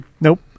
nope